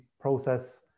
process